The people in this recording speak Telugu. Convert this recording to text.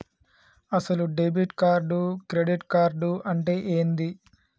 అసలు డెబిట్ కార్డు క్రెడిట్ కార్డు అంటే ఏంది?